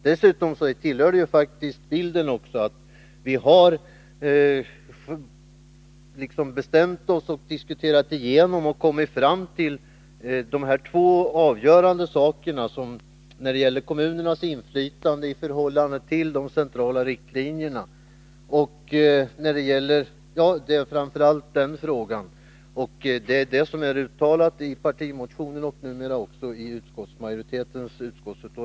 Dessutom hör det till bilden att vi har diskuterat igenom detta och kommit fram till de avgörande sakerna, framför allt när det gäller frågan om kommunernas inflytande i förhållande till de centrala riktlinjerna. Det är detta som är uttalat i partimotionen och numera också i utskottsmajoritetens utlåtande.